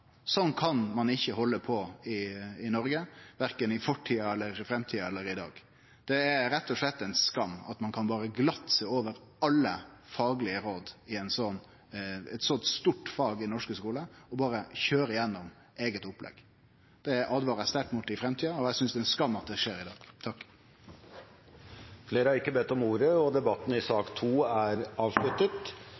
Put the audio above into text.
Sånn kan ein ikkje halde på i Noreg, verken i fortida, i framtida eller i dag. Det er rett og slett ein skam at ein berre glatt kan oversjå alle faglege råd i eit så stort fag i den norske skulen og berre køyre igjennom eige opplegg. Det åtvarar eg sterkt mot i framtida, og eg synest at det er ein skam at det skjer i dag. Flere har ikke bedt om ordet til sak nr. 2. Etter ønske fra kirke-, utdannings- og forskningskomiteen vil presidenten foreslå at debatten